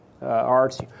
arts